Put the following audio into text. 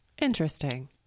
Interesting